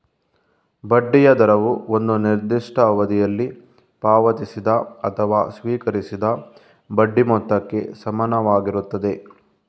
ಬಡ್ಡಿಯ ದರವು ಒಂದು ನಿರ್ದಿಷ್ಟ ಅವಧಿಯಲ್ಲಿ ಪಾವತಿಸಿದ ಅಥವಾ ಸ್ವೀಕರಿಸಿದ ಬಡ್ಡಿ ಮೊತ್ತಕ್ಕೆ ಸಮಾನವಾಗಿರುತ್ತದೆ